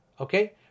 Okay